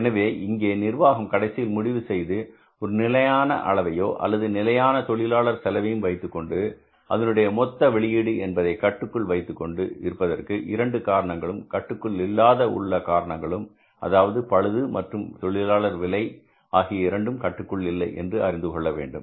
எனவே இங்கே நிர்வாகம் கடைசியில் முடிவுசெய்து ஒரு நிலையான அளவையோ அல்லது நிலையான தொழிலாளர் செலவையும் வைத்துக்கொண்டு அதனுடைய மொத்த வெளியீடு என்பதை கட்டுக்குள் வைத்துக்கொண்டு இருப்பதற்கு 2 காரணங்களும் கட்டுக்குள் இல்லாததற்கு உள்ள காரணங்களும் அதாவது பழுது மற்றும் தொழிலாளர் விலை ஆகிய இரண்டும் கட்டுக்குள் இல்லை என்று அறிந்து கொள்ள வேண்டும்